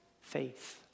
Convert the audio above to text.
faith